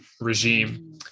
regime